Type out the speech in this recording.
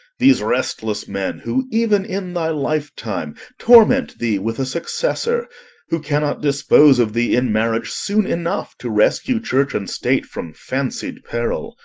these restless men, who even in thy lifetime torment thee with a successor who cannot dispose of thee in marriage soon enough to rescue church and state from fancied peril?